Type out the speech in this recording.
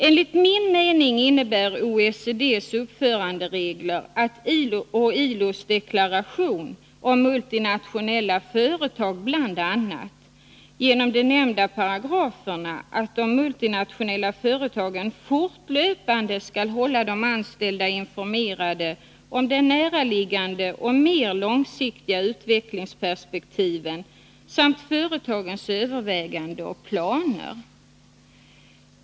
Enligt min mening innebär OECD:s uppföranderegler och ILO:s deklaration om multinationella företag, bl.a. genom de nämnda paragraferna, att de multinationella företagen fortlöpande skall hålla de anställda informerade om de näraliggande och mer långsiktiga utvecklingsperspektiven samt företagens överväganden och planer.